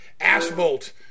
asphalt